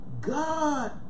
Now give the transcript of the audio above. God